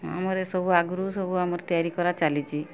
ହଁ ଆମର ଏସବୁ ଆଗରୁ ସବୁ ଆମର ତିଆରି କରା ଚାଲିଛି